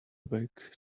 back